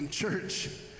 Church